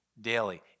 daily